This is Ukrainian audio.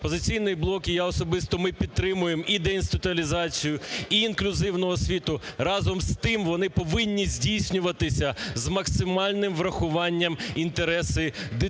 "Опозиційний блок" і я особисто, ми підтримуємо і деінституалізацію, і інклюзивну освіту, разом з тим, вони повинні здійснюватися з максимальним врахуванням інтересів дитини.